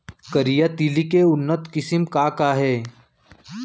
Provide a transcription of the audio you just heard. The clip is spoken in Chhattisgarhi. करिया तिलि के उन्नत किसिम का का हे?